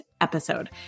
episode